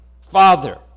Father